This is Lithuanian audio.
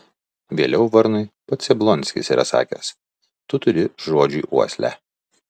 vėliau varnui pats jablonskis yra sakęs tu turi žodžiui uoslę